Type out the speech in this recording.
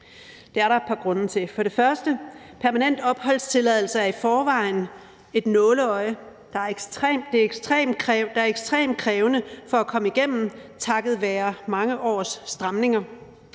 Det er der et par grunde til. For det første er permanent opholdstilladelse i forvejen et nåleøje, det er ekstremt krævende at komme igennem takket være mange års stramninger.